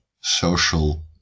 social